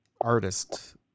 artist